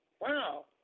Wow